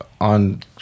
on